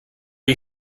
you